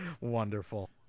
Wonderful